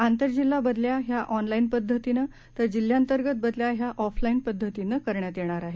आंतरजिल्हा बदल्या ह्या ऑनलाईन पद्धतीने तर जिल्ह्यांतर्गत बदल्या ह्या ऑफलाईन पद्धतीने करण्यात येणार आहेत